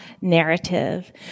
narrative